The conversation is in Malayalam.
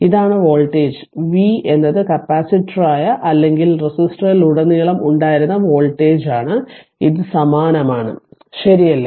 ഇതാണ് വോൾട്ടേജ് v എന്നത് കപ്പാസിറ്ററായ അല്ലെങ്കിൽ റെസിസ്റ്ററിലുടനീളം ഉണ്ടായിരുന്ന വോൾട്ടേജാണ് ഇത് സമാനമാണ് ശരിയല്ലേ